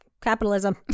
Capitalism